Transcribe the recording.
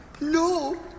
No